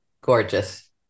gorgeous